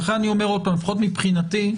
לכן מבחינתי,